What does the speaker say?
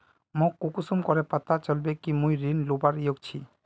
मोक कुंसम करे पता चलबे कि मुई ऋण लुबार योग्य छी?